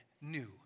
new